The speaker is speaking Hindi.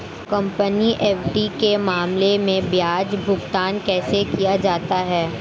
कंपनी एफ.डी के मामले में ब्याज भुगतान कैसे किया जाता है?